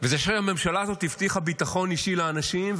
והממשלה הזאת הבטיחה ביטחון אישי לאנשים,